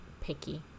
picky